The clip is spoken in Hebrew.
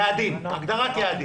יעדים, הגדרת יעדים.